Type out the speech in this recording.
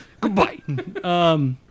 Goodbye